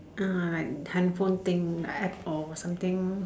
ah like handphone thing like App or something